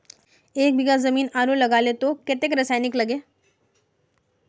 एक बीघा जमीन आलू लगाले तो कतेक रासायनिक लगे?